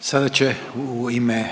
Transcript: Sada će u ime